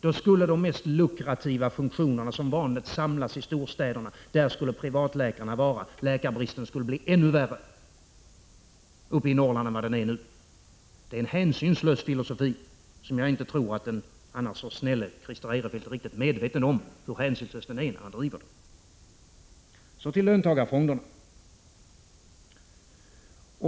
Då skulle de mest lukrativa funktionerna som vanligt samlas i storstäderna. Där skulle privatläkarna etablera sig. Läkarbristen i Norrland skulle bli ännu värre än vad den är nu. Det är en hänsynslös filosofi, och jag tror inte att den annars så snälle Christer Eirefelt är riktigt medveten om hur hänsynslös den är. Så till löntagarfonderna.